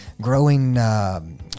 growing